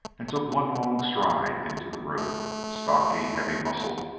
and took one long stride into the room. stocky, heavy-muscled,